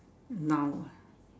noun ah